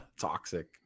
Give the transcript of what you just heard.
Toxic